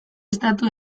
estatu